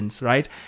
right